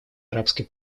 арабской